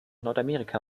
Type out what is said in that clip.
nordamerika